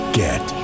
get